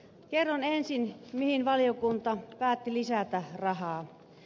kerron ensin mihin valiokunta päätti lisätä rahaa